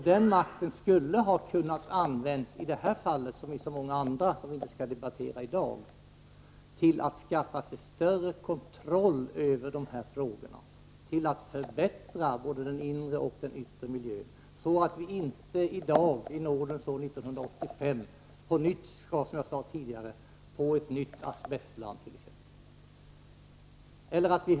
Den makten kunde ha använts i detta fall såsom i många andra fall som vi inte skall debattera i dag till att skaffa större kontroll över dessa frågor och till att förbättra både den inre och yttre miljön så att vi inte i dag i nådens år 1985 på nytt får ett asbestlarm.